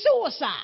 suicide